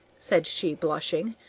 said she, blushing.